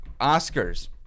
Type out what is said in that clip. Oscars